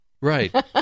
Right